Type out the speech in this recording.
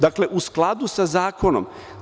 Dakle, u skladu sa zakonom.